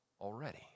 already